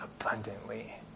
abundantly